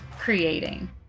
creating